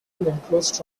enclosed